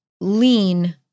lean